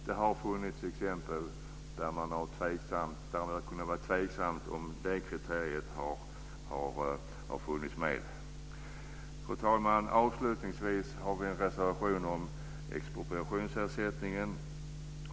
Det finns exempel på att det varit tveksamt om det kriteriet har uppfyllts. Fru talman! Vi har avslutningsvis en reservation om expropriationsersättningen.